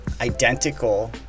identical